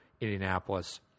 Indianapolis